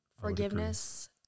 forgiveness